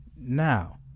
Now